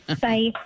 Bye